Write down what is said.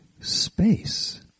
space